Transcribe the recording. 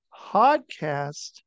Podcast